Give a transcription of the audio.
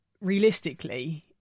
realistically